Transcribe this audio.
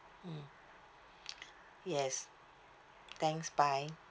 mm yes thanks bye